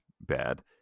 bad